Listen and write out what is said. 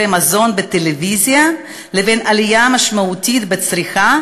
מזון בטלוויזיה ובין עלייה משמעותית בצריכה,